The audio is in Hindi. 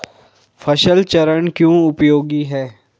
फसल चरण क्यों उपयोगी है?